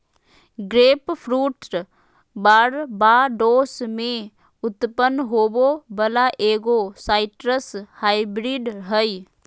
grapefruit Barbados में उत्पन्न होबो वला एगो साइट्रस हाइब्रिड हइ